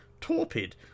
torpid